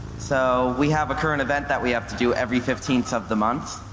so we have a current event that we have to do every fifteenth of the month,